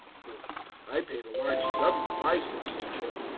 i paid a large sum for my citizenship,